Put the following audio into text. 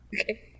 okay